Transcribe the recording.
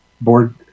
board